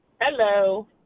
Hello